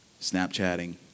Snapchatting